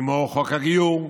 כמו חוק הגיור,